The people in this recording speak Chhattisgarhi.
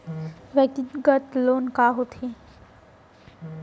व्यक्तिगत लोन का होथे?